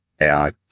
AI